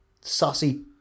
sassy